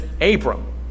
Abram